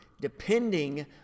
depending